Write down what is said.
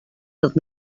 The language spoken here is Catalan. pels